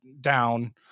down